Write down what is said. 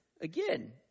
again